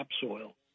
topsoil